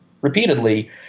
repeatedly